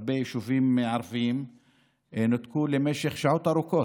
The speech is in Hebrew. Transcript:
הרבה יישובים ערביים נותקו למשך שעות ארוכות.